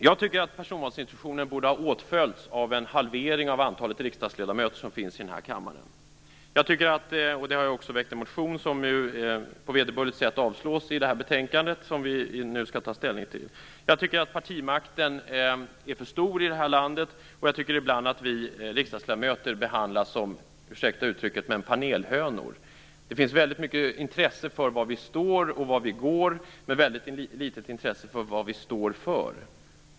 Jag tycker att personvalsintroduktionen borde ha åtföljts av en halvering av det antal riksdagsledamöter som finns i den här kammaren. Jag har också väckt en motion som på vederbörligt sätt avstyrks i det betänkande som vi nu skall ta ställning till. Partimakten är för stor i det här landet. Ibland behandlas vi riksdagsledamöter som, ursäkta uttrycket, panelhönor. Det finns ett stort intresse för var vi står och går men ett väldigt litet intresse för vad vi står för.